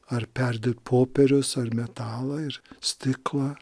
ar perdirbt popierius ar metalą ir stiklą